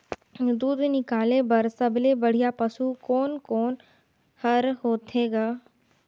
दूध निकाले बर सबले बढ़िया पशु कोन कोन हर होथे ग?